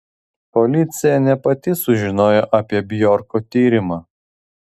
policija ne pati sužinojo apie bjorko tyrimą